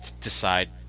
decide